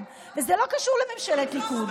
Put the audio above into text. וזה לא קשור לממשלת ליכוד.